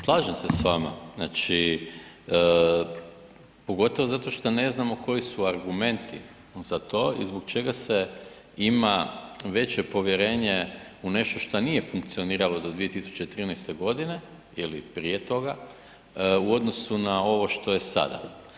Slažem se s vama, znači pogotovo šta ne znamo koji su argumenti za to i zbog čega se ima veće povjerenje u nešto šta nije funkcioniralo do 2013.g. ili prije toga u odnosu na ovo što je sada.